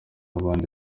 bandi